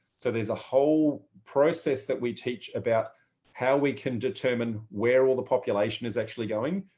so there's a whole process that we teach about how we can determine where all the population is actually going.